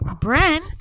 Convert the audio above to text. Brent